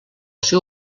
seu